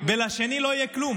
ולשני לא יהיה כלום?